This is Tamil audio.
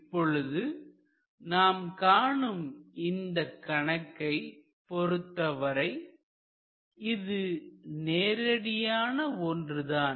இப்பொழுது நாம் காணும் இந்தக் கணக்கை பொருத்தவரை இது நேரடியான ஒன்றுதான்